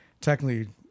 technically